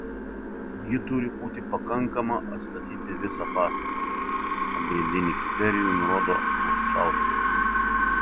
ji turi būti pakankama atstatyti visą pastatą pagrindinį kriterijų nurodo pluščauskienė